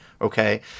Okay